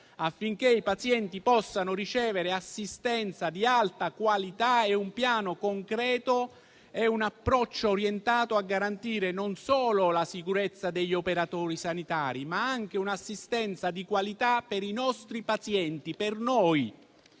affinché i pazienti possano ricevere assistenza di alta qualità, un piano concreto e un approccio orientato a garantire non solo la sicurezza degli operatori sanitari, ma anche un'assistenza di qualità per i nostri pazienti, per noi.